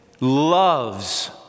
loves